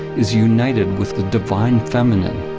is united with the divine feminine,